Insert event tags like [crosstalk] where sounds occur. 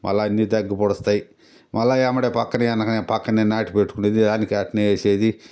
మళ్ళా అన్నీ తగ్గిపూడస్తాయి మళ్ళా ఎమ్మడే పక్కనే ఎనకనే పక్కనే నాటి పెట్టుకునేది [unintelligible] అట్నే ఏసేది